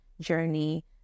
journey